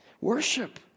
Worship